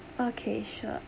okay sure